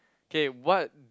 K what